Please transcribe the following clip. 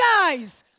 guys